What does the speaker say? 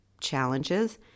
challenges